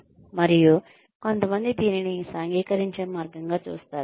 మరియు కొంతమంది దీనిని సాంఘికీకరించే మార్గంగా చూస్తారు